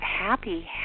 Happy